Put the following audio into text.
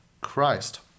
Christ